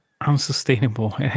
unsustainable